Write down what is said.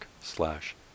slash